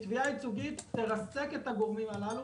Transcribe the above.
תביעה ייצוגית תרסק את הגורמים הללו.